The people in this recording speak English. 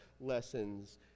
lessons